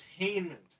entertainment